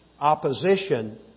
opposition